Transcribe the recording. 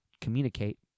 communicate